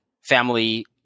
family